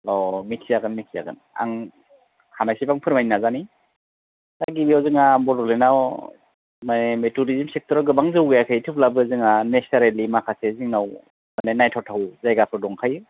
अ' मिथिजागोन मिथिजागोन आं हानायसिबां फोरमायनो नाजानि दा गिबियाव जोंना बड'लेण्डआव नै मे टुरिजिम सेक्ट'राव गोबां जौगायाखै थेवब्लाबो जोंहा नेसारेलि माखासे जोंनाव मानि नायथाव थाव जायगाफोर दंखायो